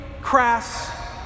crass